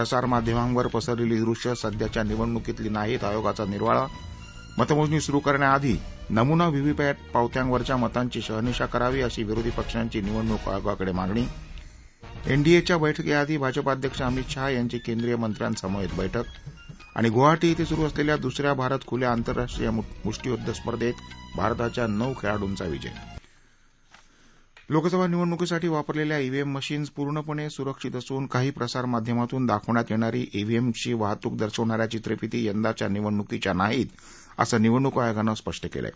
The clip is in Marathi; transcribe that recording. प्रसारमाध्यमांवर पसरलेली दृष्यं सध्याच्या निवडणुकीतली नाहीत आयोगाचा निर्वाळा मतमोजणी सुरु करण्याआधी नमुना व्हीव्हीपॅट पावत्यांवरच्या मतांची शहानिशा करावी अशी विरोधी पक्षांची निवडणूक आयोगाकडे मागणी एनडीएच्या बैठकीआधी भाजपा अध्यक्ष अमित शहा यांची केंद्रीय मंत्र्यासमवेत बैठक गुवाहाटी इथं सुरुअसलेल्या दुस या भारत खुल्या आंतरराष्ट्रीय मुष्टीयुध्द स्पर्धेत भारताच्या नऊ खेळाडूंचा विजय लोकसभा निवडणुकीसाठी वापरलेल्या मतदानाच्या ईव्हीएम मशीन्स पूर्णपणे सुरक्षित असून काही प्रसार माध्यमांमधून दाखवण्यात येणारी ईव्हीएम्सची वाहतूक दर्शवण या चित्रफीती यंदाच्या निवडणूकीच्या नाहीत अस निवडणूक आयोगानं स्पष्ट केलं आहे